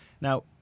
Now